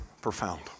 profound